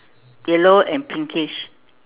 yellow and pinkish